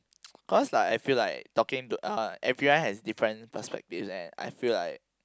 cause like I feel like talking to uh everyone has different perspectives and I feel like